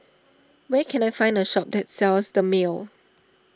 where can I find a shop that sells Dermale